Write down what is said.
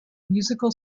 musical